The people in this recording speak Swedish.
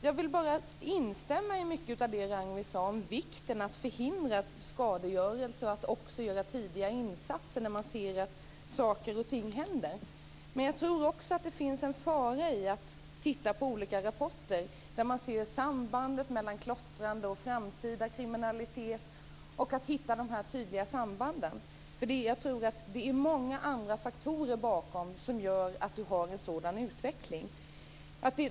Jag vill instämma i mycket av det som Ragnwi sade om vikten av att förhindra skadegörelse och att genomföra tidiga insatser när man ser att saker och ting händer. Men jag tror också att det finns en fara i att titta på olika rapporter där man ser på sambanden mellan klottrande och framtida kriminalitet och hittar de här tydliga sambanden. Jag tror att det är många andra faktorer som ligger bakom att vi har en sådan utveckling.